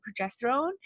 progesterone